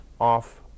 off